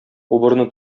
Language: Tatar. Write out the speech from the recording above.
убырны